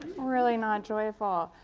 really not joyful!